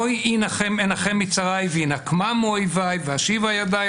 הוי אנחם מצרי ואנקמה מאויבי ואשיבה ידיי